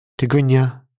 Tigrinya